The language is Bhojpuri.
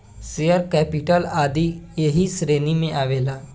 शेयर कैपिटल आदी ऐही श्रेणी में आवेला